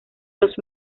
los